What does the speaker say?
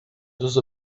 dos